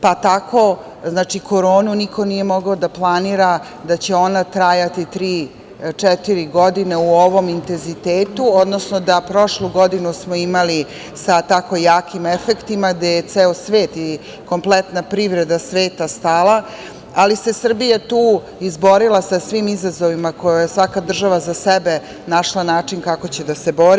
Pa tako koronu niko nije mogao da planira da će ona trajati tri, četiri godine u ovom intenzitetu, odnosno da prošlu godinu smo imali sa tako jakim efektima gde je ceo svet i kompletna privreda sveta stala, ali se Srbija tu izborila sa svim izazovima koje je svaka država za sebe našla način kako će da se bori.